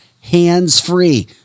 hands-free